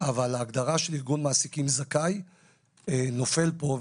אבל ההגדרה של ארגון מעסיקים זכאי נופלת פה,